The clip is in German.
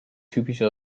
typische